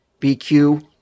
BQ